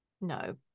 No